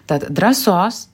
tad drąsos